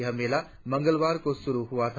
यह मेला मंगलवार को शुरु हुआ था